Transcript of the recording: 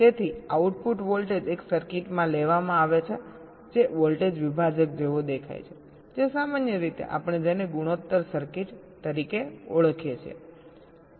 તેથી output voltage એક સર્કિટમાંથી લેવામાં આવે છે જે વોલ્ટેજ વિભાજક જેવો દેખાય છે જે સામાન્ય રીતે આપણે જેને ગુણોત્તર સર્કિટ તરીકે ઓળખીએ છીએ